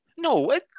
No